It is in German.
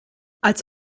als